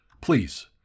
please